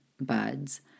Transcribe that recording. buds